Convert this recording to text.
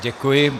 Děkuji.